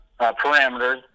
parameters